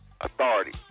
authority